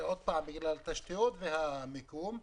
וזה בגלל התשתיות והמיקום.